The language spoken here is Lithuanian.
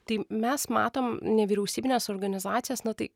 tai mes matom nevyriausybines organizacijas na tai